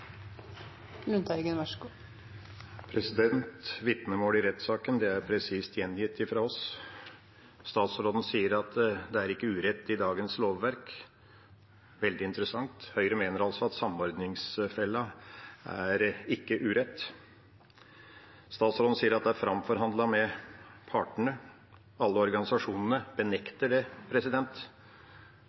presist gjengitt fra oss. Statsråden sier at det ikke er urett i dagens lovverk. Veldig interessant – Høyre mener altså at samordningsfella ikke er urett. Statsråden sier at det er framforhandlet med partene. Alle organisasjonene benekter det.